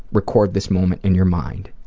record this moment in your mind.